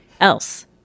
else